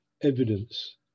evidence